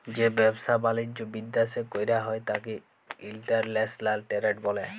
যে ব্যাবসা বালিজ্য বিদ্যাশে কইরা হ্যয় ত্যাকে ইন্টরন্যাশনাল টেরেড ব্যলে